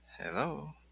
Hello